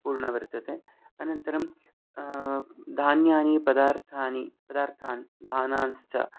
पूर्णा वर्तते अनन्तरं धान्यानि पदार्थानि पदार्थान् धानां च